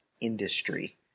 industry